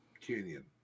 Canyon